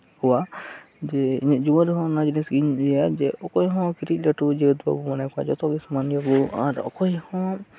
ᱟᱠᱚᱣᱟ ᱤᱧᱟᱹᱜ ᱡᱩᱣᱟᱹᱱ ᱨᱮᱦᱚ ᱚᱱᱟ ᱡᱤᱱᱤᱥ ᱤᱧ ᱞᱟᱹᱭᱟ ᱡᱮ ᱚᱠᱚᱭᱦᱚᱸ ᱠᱟᱹᱴᱤᱡ ᱞᱟᱹᱴᱩ ᱡᱟᱹᱛ ᱵᱟᱵᱚᱱ ᱢᱚᱱᱮ ᱠᱚᱣᱟ ᱡᱚᱛᱚᱜᱮ ᱥᱚᱢᱟᱱ ᱜᱮᱭᱟᱵᱚᱱ ᱟᱨ ᱚᱠᱚᱭᱦᱚᱸ